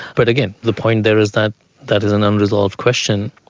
but again, the point there is that that is an unresolved question.